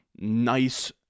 nice